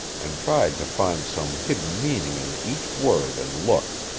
and tried to find some hidden meaning in each word and look.